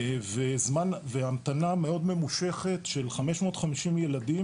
וזמן המתנה מאוד ממושכת של 550 ילדים